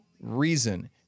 reason